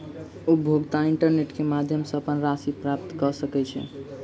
उपभोगता इंटरनेट क माध्यम सॅ अपन राशि प्राप्त कय सकै छै